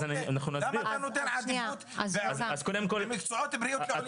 למה אתה נותן עדיפות למקצועות בריאות לעולים חדשים?